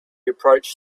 approached